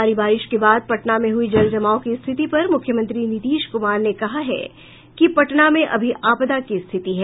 भारी बारिश के बाद पटना में हुई जल जमाव की स्थिति पर मुख्यमंत्री नीतीश कुमार ने कहा है कि पटना में अभी आपदा की स्थिति है